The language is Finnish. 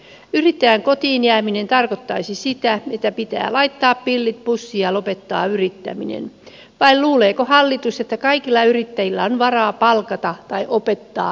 yrittäjän kotiin jääminen tarkoittaisi sitä että pitää laittaa pillit pussiin ja lopettaa yrittäminen vai luuleeko hallitus että kaikilla yrittäjillä on varaa palkata tai opettaa henkilö tilalleen